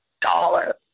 dollar